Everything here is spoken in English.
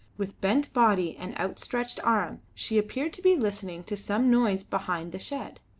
with bent body and outstretched arm she appeared to be listening to some noise behind the shed.